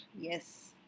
Yes